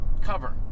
cover